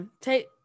take